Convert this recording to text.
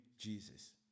Jesus